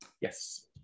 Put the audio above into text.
yes